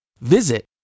Visit